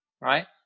right